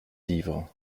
livres